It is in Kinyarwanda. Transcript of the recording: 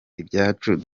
ibyacu